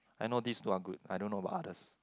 I know this two are good I don't know about others